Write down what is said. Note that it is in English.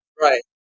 Right